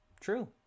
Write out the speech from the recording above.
True